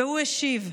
והוא השיב,